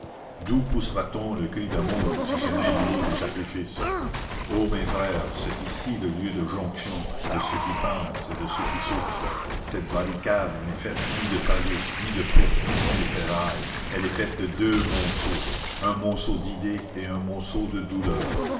d'où poussera t on le cri d'amour si ce n'est du haut du sacrifice ô mes frères c'est ici le lieu de jonction de ceux qui pensent et de ceux qui souffrent cette barricade n'est faite ni de pavés ni de poutres ni de ferrailles elle est faite de deux monceaux un monceau d'idées et un monceau de douleurs